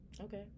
Okay